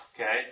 okay